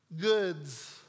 Goods